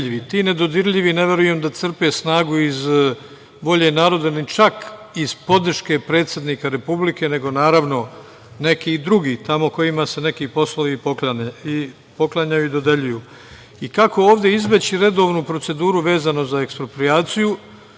Ti nedodirljivi ne verujem da crpe snagu iz volje naroda, ni čak iz podrške predsednika Republike, nego, naravno, nekih drugih, kojima se neki poslovi poklanjaju i dodeljuju. Kako ovde izbeći redovnu proceduru, vezano za eksproprijaciju?